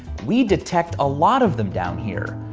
we detect a lot of them down here,